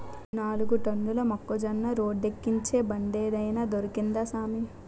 నాలుగు టన్నుల మొక్కజొన్న రోడ్డేక్కించే బండేదైన దొరుకుద్దా సామీ